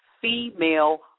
female